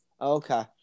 Okay